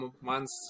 months